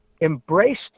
embraced